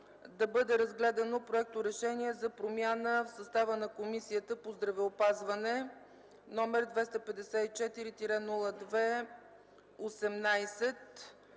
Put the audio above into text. да бъде разгледан Проект на решение за промяна в състава на Комисията по здравеопазване № 254-02-18.